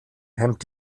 hemmt